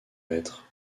maître